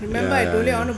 ya ya ya